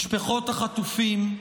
משפחות החטופים,